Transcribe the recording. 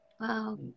Wow